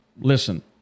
listen